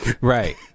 Right